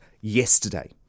yesterday